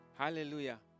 Hallelujah